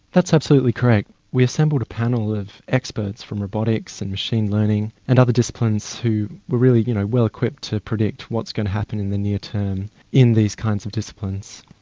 that's absolutely correct. we assembled a panel of experts from robotics and machine learning and other disciplines who were really well-equipped to predict what's going to happen in the near term in these kinds of disciplines.